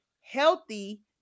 healthy